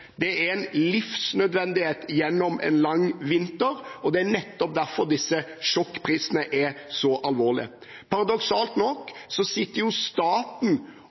Det er en livsnødvendighet gjennom en lang vinter, og det er nettopp derfor disse sjokkprisene er så alvorlige. Paradoksalt nok sitter staten